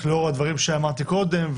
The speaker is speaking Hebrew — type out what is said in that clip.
לאור הדברים שאמרתי קודם,